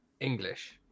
English